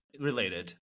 related